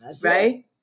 right